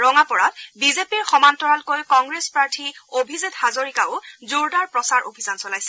ৰঙাপৰাত বিজেপিৰ সমান্তৰালকৈ কংগ্ৰেছ প্ৰাৰ্থী অভিজিত হাজৰিকায়ো জোৰদাৰ প্ৰচাৰ অভিযান চলাইছে